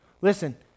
Listen